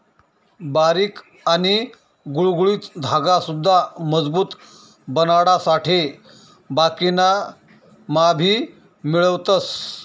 बारीक आणि गुळगुळीत धागा सुद्धा मजबूत बनाडासाठे बाकिना मा भी मिळवतस